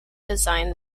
design